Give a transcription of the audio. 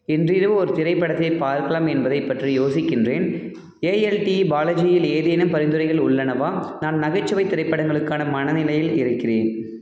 இன்றிரவு ஒரு திரைப்படத்தை பார்க்கலாம் என்பதைப் பற்றி யோசிக்கின்றேன் ஏஎல்டி பாலாஜியில் ஏதேனும் பரிந்துரைகள் உள்ளனவா நான் நகைச்சுவை திரைப்படங்களுக்கான மனநிலையில் இருக்கின்றேன்